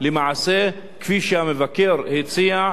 למעשה כפי שהמבקר הציע,